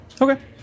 Okay